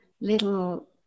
little